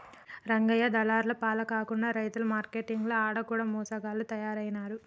రంగయ్య దళార్ల పాల కాకుండా రైతు మార్కేట్లంటిరి ఆడ కూడ మోసగాళ్ల తయారైనారు